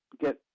get